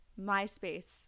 MySpace